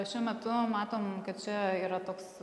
šiuo metu matom kad čia yra toks